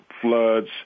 floods